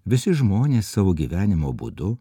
visi žmonės savo gyvenimo būdu